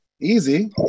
easy